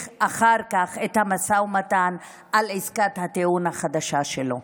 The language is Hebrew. אחר כך את המשא ומתן על עסקת הטיעון החדשה שלו.